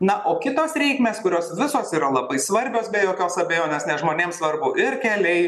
na o kitos reikmės kurios visos yra labai svarbios be jokios abejonės nes žmonėm svarbu ir keliai